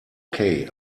okay